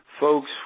folks